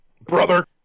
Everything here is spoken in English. Brother